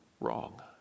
wrong